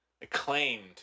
acclaimed